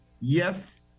yes